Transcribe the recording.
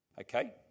okay